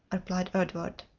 replied edward.